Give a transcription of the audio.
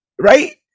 right